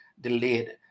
delayed